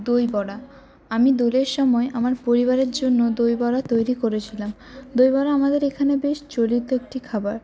দইবড়া আমি দোলের সময় আমার পরিবারের জন্য দইবড়া তৈরি করেছিলাম দইবড়া আমাদের এখানে বেশ চলিত একটি খাবার